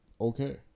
Okay